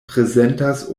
prezentas